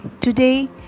today